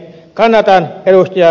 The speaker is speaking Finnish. kannatan ed